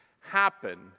happen